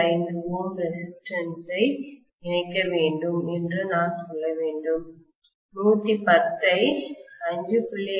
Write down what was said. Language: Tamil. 5ohm ரெசிஸ்டன்ஸ் ஐ இணைக்க வேண்டும் என்று நான் சொல்ல வேண்டும் 110 ஐ 5